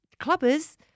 clubbers